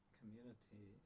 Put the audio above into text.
community